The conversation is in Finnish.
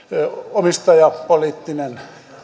omistajapoliittinen